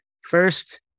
First